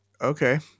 Okay